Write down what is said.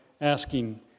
asking